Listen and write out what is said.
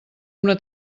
una